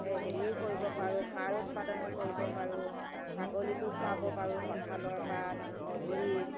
এই হেৰিও কৰিব পাৰোঁ সাৰো উৎপাদনো কৰিব পাৰোঁ ছাগলীকো খুৱাব পাৰোঁ কঁঠালৰ পাত মধুৰি